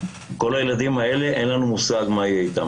כל הילדים האלה, אין לנו מושג מה יהיה איתם.